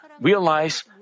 realize